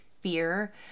fear